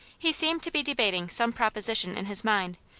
he seemed to be debating some proposition in his mind,